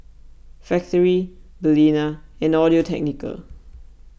Factorie Balina and Audio Technica